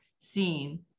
seen